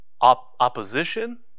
opposition